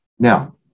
Now